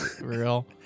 real